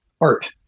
art